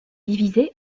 divisé